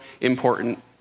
important